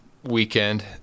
weekend